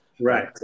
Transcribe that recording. Right